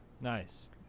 nice